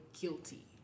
guilty